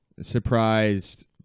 surprised